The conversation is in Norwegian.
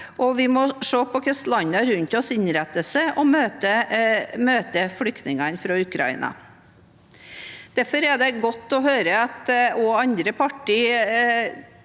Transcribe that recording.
vi må se på hvordan landene rundt oss innretter seg og møter flyktningene fra Ukraina. Derfor er det godt å høre at andre partier